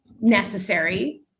necessary